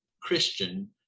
Christian